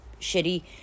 shitty